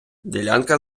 ділянка